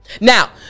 Now